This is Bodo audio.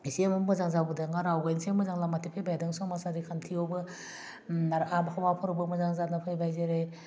एसेबाबो मोजां जाबोदों आरो आवगायसो मोजां लामाथिं फैबाय थादों समाजारि खान्थियावबो आरो आबहावाफोरावबो मोजां जाना फैबाय जेरै